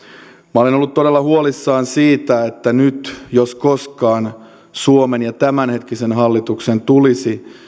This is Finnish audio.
minä olen ollut todella huolissani siitä että nyt jos koskaan suomen ja tämänhetkisen hallituksen tulisi